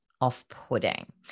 off-putting